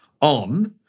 on